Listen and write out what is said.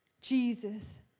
Jesus